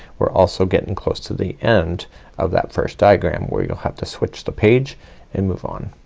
we're also getting close to the end of that first diagram where you'll have to switch the page and move on.